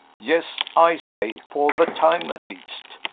yes! i say for the time at least.